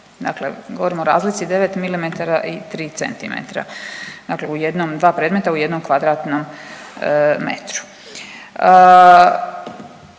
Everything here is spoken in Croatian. dakle govorimo o razlici 9 mm i 3 cm, dakle u jednom, dva predmeta u jednom kvadratnom metru.